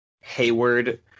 Hayward